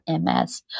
MS